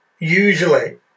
Usually